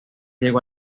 llegó